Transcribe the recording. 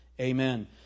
amen